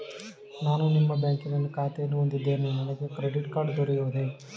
ನಾನು ನಿಮ್ಮ ಬ್ಯಾಂಕಿನಲ್ಲಿ ಖಾತೆಯನ್ನು ಹೊಂದಿದ್ದೇನೆ ನನಗೆ ಕ್ರೆಡಿಟ್ ಕಾರ್ಡ್ ದೊರೆಯುವುದೇ?